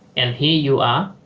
and here you are